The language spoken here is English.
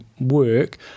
work